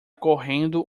correndo